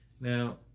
Now